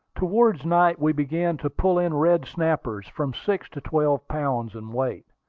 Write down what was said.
towards night we began to pull in red snappers from six to twelve pounds in weight.